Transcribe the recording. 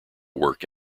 work